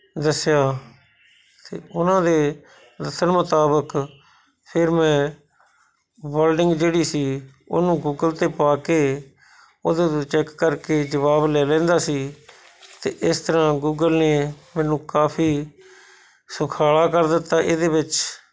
ਦੱਸਿਆ ਅਤੇ ਉਹਨਾਂ ਦੇ ਦੱਸਣ ਮੁਤਾਬਕ ਫਿਰ ਮੈਂ ਵਰਲਡਿੰਗ ਜਿਹੜੀ ਸੀ ਉਹਨੂੰ ਗੂਗਲ 'ਤੇ ਪਾ ਕੇ ਉਹਦੇ ਤੋਂ ਚੈੱਕ ਕਰਕੇ ਜਵਾਬ ਲੈ ਲੈਂਦਾ ਸੀ ਅਤੇ ਇਸ ਤਰ੍ਹਾਂ ਗੂਗਲ ਨੇ ਮੈਨੂੰ ਕਾਫੀ ਸੁਖਾਲਾ ਕਰ ਦਿੱਤਾ ਇਹਦੇ ਵਿੱਚ